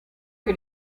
que